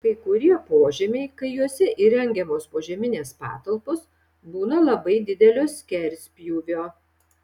kai kurie požemiai kai juose įrengiamos požeminės patalpos būna labai didelio skerspjūvio